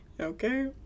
Okay